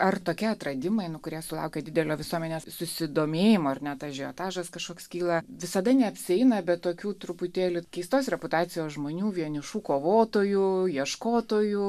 ar tokie atradimai nu kurie sulaukia didelio visuomenės susidomėjimo ar net ažiotažas kažkoks kyla visada neapsieina be tokių truputėlį keistos reputacijos žmonių vienišų kovotojų ieškotojų